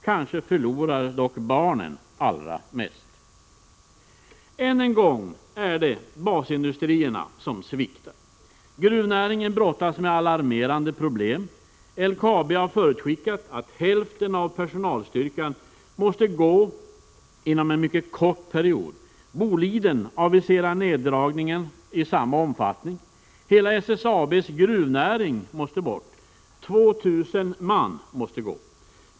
Kanske förlorar dock barnen allra mest. Ännu en gång är det basindustrierna som sviktar. Gruvnäringen brottas med alarmerande problem. LKAB har förutskickat att hälften av personalstyrkan måste gå inom en mycket kort period. Boliden aviserar neddragningar i samma omfattning. Hela SSAB:s gruvnäring måste bort. 2 000 man måste gå.